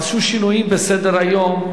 עשו שינויים בסדר-היום,